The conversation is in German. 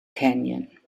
canyon